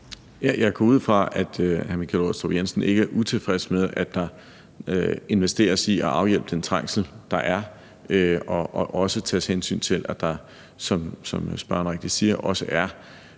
Jeg går ud fra, at hr. Michael Aastrup Jensen ikke er utilfreds med, at der investeres i at afhjælpe den trængsel, der er, og at der tages hensyn til, at der, som spørgeren rigtigt siger, også er